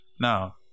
Now